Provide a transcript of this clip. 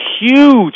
huge